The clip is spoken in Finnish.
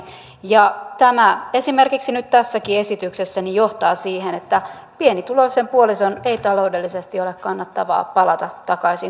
ja tämä esimerkiksi nyt tässäkin esityksessä johtaa siihen että pienituloisen puolison ei taloudellisesti ole kannattavaa palata takaisin töihin